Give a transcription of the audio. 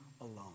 alone